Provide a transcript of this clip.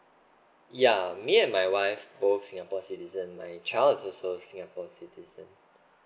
yeah me and my wife both singapore citizen my child is also singapore citizen